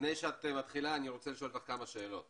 לפני שאת מתחילה אני רוצה לשאול כמה שאלות